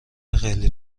خیلی